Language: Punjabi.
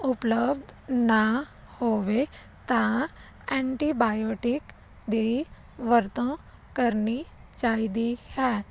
ਉਪਲਬ ਨਾ ਹੋਵੇ ਤਾਂ ਐਂਟੀਬਾਓਟਿਕ ਦੀ ਵਰਤੋਂ ਕਰਨੀ ਚਾਹੀਦੀ ਹੈ